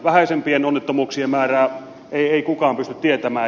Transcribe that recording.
vähäisempien onnettomuuksien määrää ei kukaan pysty tietämään